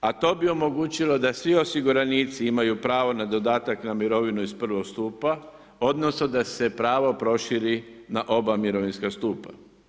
a to bi omogućilo da svi osiguranici imaju pravo na dodatak na mirovinu iz prvog stupa odnosno da se pravo proširi na oba mirovinska stupa.